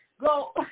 go